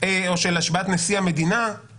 או בעת השבעת נשיא המדינה,